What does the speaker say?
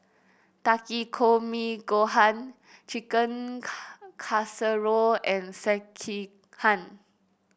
Takikomi Gohan Chicken Casserole and Sekihan